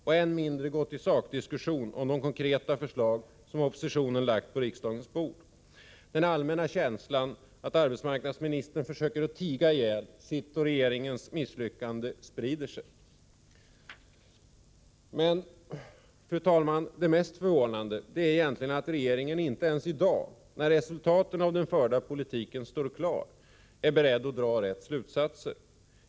Än mindre har hon gått in i en sakdiskussion beträffande de konkreta förslag från oppositionen som lagts på riksdagens bord. Den känsla som man allmänt har, att arbetsmarknadsministern försöker tiga ihjäl sitt och regeringens misslyckande, sprider sig. Det mest förvånande, fru talman, är dock att regeringen inte ens i dag, när det står klart vad som är resultatet av den förda politiken, är beredd att dra de riktiga slutsatserna.